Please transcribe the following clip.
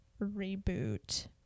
reboot